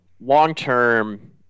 Long-term